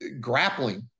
grappling